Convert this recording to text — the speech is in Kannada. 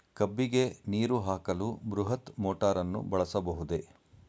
ಕಬ್ಬಿಗೆ ನೀರು ಹಾಕಲು ಬೃಹತ್ ಮೋಟಾರನ್ನು ಬಳಸಬಹುದೇ?